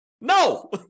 No